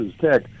Tech